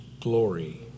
glory